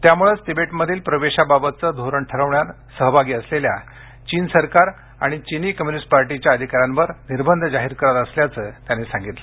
त्यामुळेच तिबेटमधील प्रवेशाबाबतचे धोरण ठरवण्यात सहभागी असलेल्या चीन सरकार आणि चिनी कम्युनिस्ट पार्टीच्या अधिकाऱ्यांवर निर्बंध जाहीर करत असल्याचं त्यांनी सांगितलं